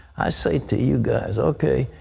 i say to you guys, okay.